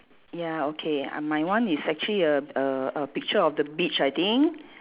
ya okay and my one is actually a a a picture of the beach I think